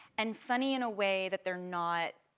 and funny in a way that they're not,